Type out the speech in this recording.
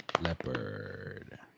Leopard